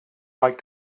like